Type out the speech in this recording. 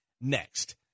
next